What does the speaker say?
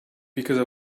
because